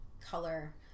color